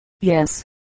Yes